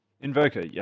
Invoker